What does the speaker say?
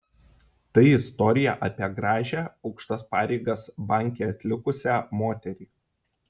tai istorija apie gražią aukštas pareigas banke atlikusią moterį